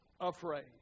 afraid